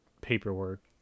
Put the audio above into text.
paperwork